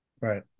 right